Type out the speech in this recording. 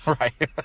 right